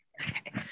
okay